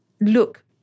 look